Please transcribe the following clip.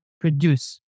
produce